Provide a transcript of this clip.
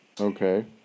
Okay